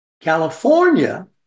California